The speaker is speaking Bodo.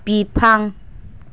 बिफां